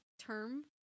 term